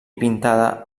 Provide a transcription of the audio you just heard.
pintada